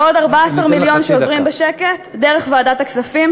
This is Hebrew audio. ועוד 14 מיליון שעוברים בשקט דרך ועדת הכספים,